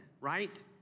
right